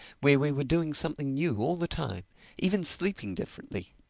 where we were doing something new all the time even sleeping differently.